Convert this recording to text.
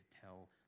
Tell